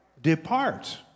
Depart